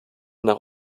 nach